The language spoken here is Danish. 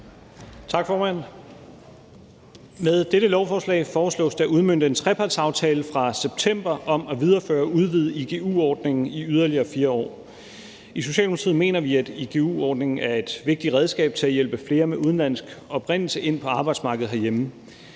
Med dette lovforslag foreslås det at udmønte en trepartsaftale fra september om at videreføre og udvide igu-ordningen i yderligere 4 år. I Socialdemokratiet mener vi, at igu-ordningen er et vigtigt redskab til at hjælpe flere med udenlandsk oprindelse ind på arbejdsmarkedet herhjemme.